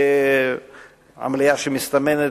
שמסתמנת